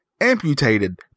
amputated